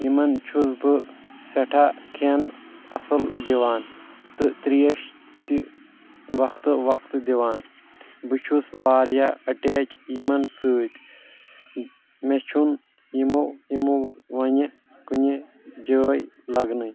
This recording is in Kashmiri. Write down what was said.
یمن چھُس بہٕ سیٹھاہ کھین اصل دِوان تہِ تریش تہِ وقتہٕ وقتٕہ دِوان بہٕ چھُس واریاہ اٹیچ یمن سۭتۍ مےٚ چھنہ یمو یمو ونہِ کُنہِ جایہِ لگنٕے